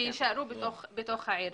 שיישארו בעיר.